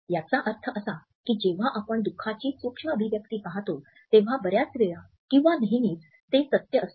याचा अर्थ असा की जेव्हा आपण दुखाची सूक्ष्म अभिव्यक्ति पाहतो तेव्हा बऱ्याच वेळा किंवा नेहमीच ते सत्य असते